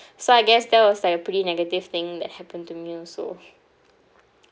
so I guess that was like a pretty negative thing that happened to me also